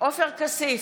עופר כסיף,